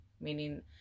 meaning